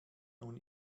nun